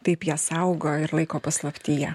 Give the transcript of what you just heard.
taip ją saugo ir laiko paslaptyje